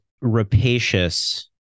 rapacious